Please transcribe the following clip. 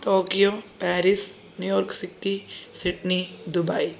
Tokyo Paris New York city Sydney Dubai